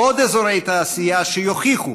עוד אזורי תעשייה, שיוכיחו